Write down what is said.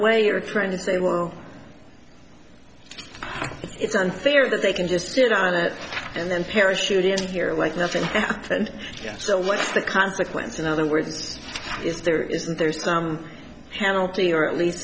are trying to say we're it's unfair that they can just sit on it and then parachute in here like nothing happened so what's the consequence in other words is there isn't there some penalty or at least